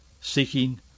seeking